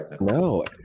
No